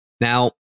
Now